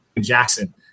Jackson